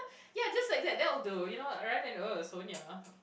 ya just like that that would do you know rather than Sonia